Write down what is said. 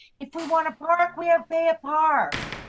if we want to park, we have a ah park.